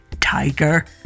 tiger